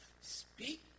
Speak